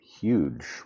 huge